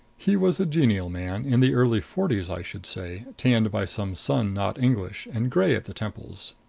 he was a genial man, in the early forties i should say, tanned by some sun not english, and gray at the temples.